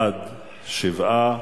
בעד, 7,